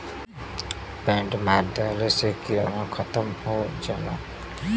paint मार देहले से किरौना खतम हो जाला